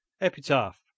epitaph